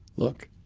look,